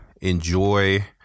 enjoy